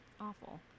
Awful